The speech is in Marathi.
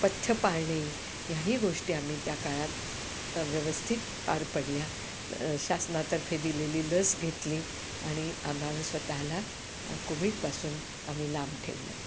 पथ्य पाळणे ह्याही गोष्टी आम्ही त्या काळात व्यवस्थित पार पाडल्या शासनातर्फे दिलेली लस घेतली आणि आम्हाला स्वतःला कोविडपासून आम्ही लांब ठेवलं